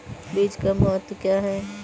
बीज का महत्व क्या है?